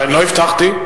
לא הבטחתי.